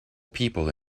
people